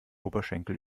oberschenkel